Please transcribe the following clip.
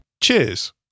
Cheers